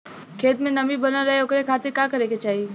खेत में नमी बनल रहे ओकरे खाती का करे के चाही?